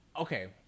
okay